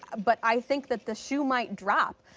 but i think that the shoe might drop.